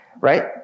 right